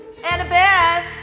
Annabeth